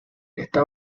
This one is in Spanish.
está